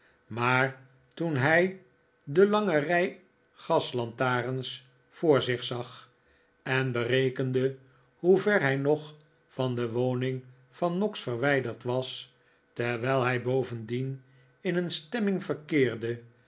maar toen hij de lange rij gaslantarens voor zich zag en berekende hoever hij nog van de woning van noggs verwijderd was terwijl hij bovendien in een stemming verkeerde